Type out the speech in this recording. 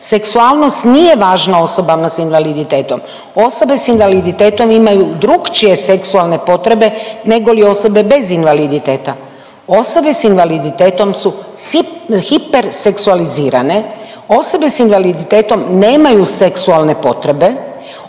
seksualnost nije važna osobama s invaliditetom, osobe s invaliditetom imaju drukčije seksualne potrebe negoli osobe bez invaliditete, osobe s invaliditetom su hiperseksualizirane, osobe s invaliditetom nemaju seksualne potrebe,